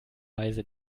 weise